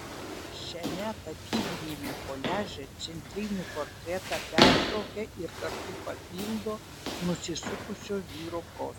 šiame tapybiniame koliaže centrinį portretą pertraukia ir kartu papildo nusisukusio vyro profiliai